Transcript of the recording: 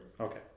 Okay